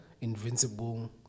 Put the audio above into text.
invincible